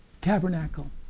tabernacle